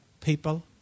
people